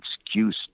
excuse